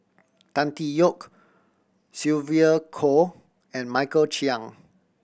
Tan Tee Yoke Sylvia Kho and Michael Chiang